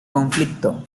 conflicto